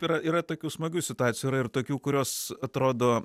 yra yra tokių smagių situacijų yra ir tokių kurios atrodo